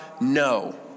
no